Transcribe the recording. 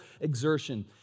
exertion